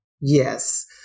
Yes